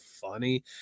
funny